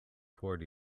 toward